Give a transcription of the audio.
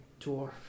dwarf